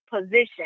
position